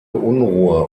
unruhe